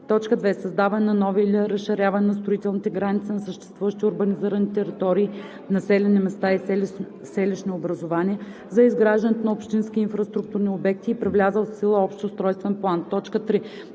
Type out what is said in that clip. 2. създаване на нови или разширяване на строителните граници на съществуващи урбанизирани територии (населени места и селищни образувания) за изграждане на общински инфраструктурни обекти и при влязъл в сила общ устройствен план; 3.